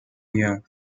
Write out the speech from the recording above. year